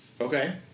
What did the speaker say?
Okay